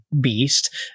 beast